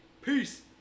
Peace